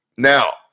Now